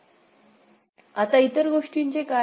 आता इतर गोष्टीचे काय